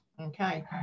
Okay